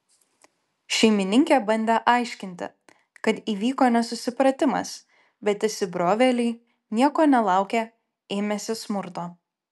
šeimininkė bandė aiškinti kad įvyko nesusipratimas bet įsibrovėliai nieko nelaukę ėmėsi smurto